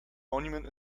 monument